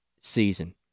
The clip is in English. season